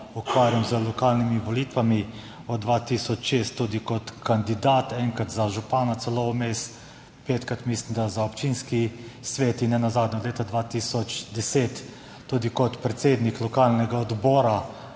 ukvarjam z lokalnimi volitvami, od 2006 tudi kot kandidat, enkrat vmes celo za župana, petkrat, mislim da, za občinski svet in nenazadnje od leta 2010 tudi kot predsednik lokalnega odbora